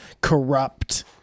corrupt